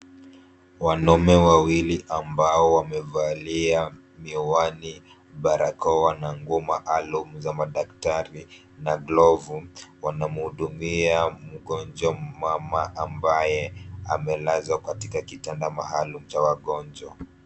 Wanaume wawili ambao wamevalia miwani, barakoa na nguo maalum za madaktari na glovu , wanamhudumia mgonjwa mmama ambaye amelazwa katika kitanda maalumu cha wagonjwa.